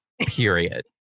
period